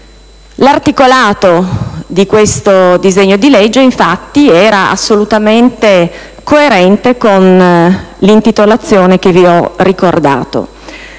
L'articolato di questo disegno di legge, infatti, era assolutamente coerente con l'intitolazione che vi ho ricordato.